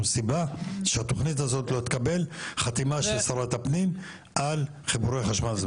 סיבה שהתוכנית הזאת לא תקבל חתימה של שרת הפנים על חיבורי חשמל.